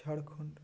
Jharkhand